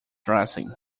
dressing